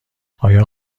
آیا